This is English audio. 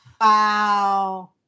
Wow